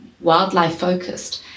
wildlife-focused